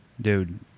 Dude